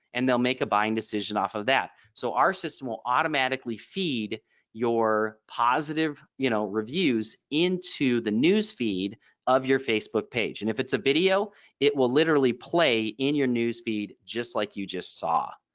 and they'll make a buying decision off of that. so our system will automatically feed your positive you know reviews into the news feed of your facebook page and if it's a video it will literally play in your news feed just like you just saw.